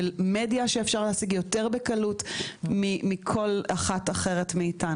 של מדיה שאפשר להשיג יותר בקלות מכל אחת אחרת מאיתנו.